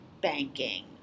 banking